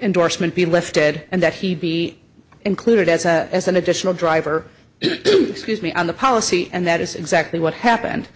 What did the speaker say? endorsement be lifted and that he be included as as an additional driver excuse me on the policy and that is exactly what happened